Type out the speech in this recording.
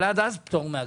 אבל עד אז פטור מאגרות.